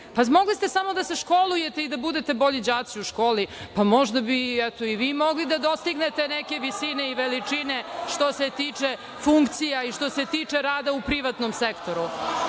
Pa, mogli ste samo da se školujete i da budete bolji đaci u školi, pa možda bi mogli i vi da dostignete neke visine i veličine, što se tiče funkcija i što se tiče rada u privatnom sektoru. Nije